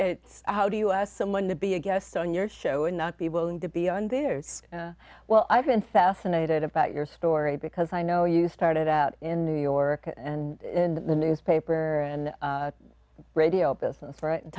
it's how do you as someone to be a guest on your show and not be willing to be on theirs well i've been fascinated about your story because i know you started out in new york and in the newspaper and radio business for